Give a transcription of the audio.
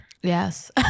Yes